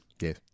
Yes